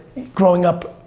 growing up,